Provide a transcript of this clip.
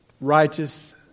righteous